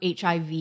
HIV